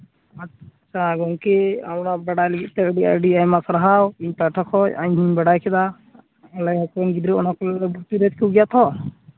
ᱟᱪᱪᱷᱟ ᱜᱚᱢᱠᱮ ᱚᱱᱟ ᱵᱟᱰᱟᱭ ᱞᱟᱹᱜᱤᱫ ᱛᱮ ᱟᱹᱰᱤ ᱟᱹᱰᱤ ᱟᱭᱢᱟ ᱥᱟᱨᱦᱟᱣ ᱤᱧ ᱯᱟᱦᱴᱟ ᱠᱷᱚᱱ ᱤᱧ ᱦᱚᱧ ᱵᱟᱲᱟᱭ ᱠᱮᱫᱟ ᱟᱞᱮ ᱠᱚᱨᱮᱱ ᱜᱤᱫᱽᱨᱟᱹ ᱚᱱᱟ ᱠᱚᱨᱮᱜ ᱵᱷᱚᱨᱛᱤ ᱞᱮᱫ ᱠᱚᱜᱮᱭᱟ ᱛᱚ